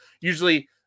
usually –